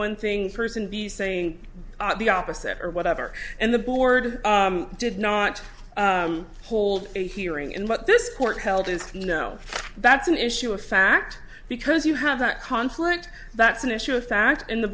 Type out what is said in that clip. one thing person be saying the opposite or whatever and the board did not hold a hearing and what this court held is you know that's an issue of fact because you have that conflict that's an issue of fact in the